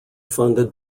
funded